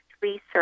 research